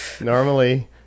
Normally